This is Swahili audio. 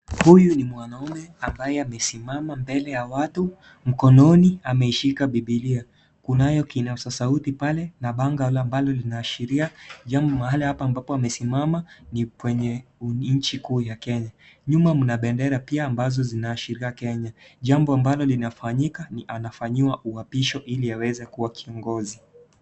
Huyu ni mwanaume ambaye amesimama mbele ya watu, mkononi ameshika bibilia, kunayo kipasa sauti pale na bango ambalo linaashiria jambo mahala hapa ambapo amesimama ni kwenye nchi kuu ya Kenya. Nyuma mna bendera pia ambazo zinaashiria Kenya jambo ambalo linafanyika ni anafanyiwa uapisho ili aweze kuwa kiongozi.